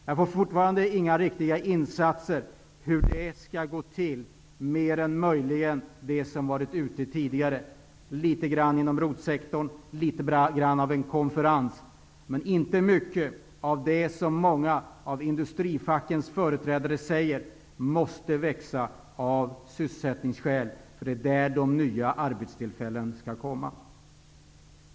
Jag får fortfarande inga uppgifter på hur det skall gå till, mer än möjligen de förslag som varit ute tidigare, nämligen litet grand inom ROT-sektorn och litet grand av en konferens. Men jag får inte många idéer när det gäller det som många av industrifackens företrädare säger måste växa av sysselsättningsskäl. Det är där de nya arbetstillfällena skall komma.